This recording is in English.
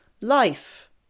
life